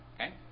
Okay